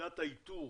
שוועדת האיתור